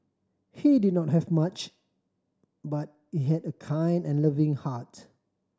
he did not have much but he had a kind and loving heart